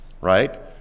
right